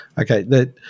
Okay